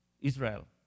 Israel